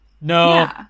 No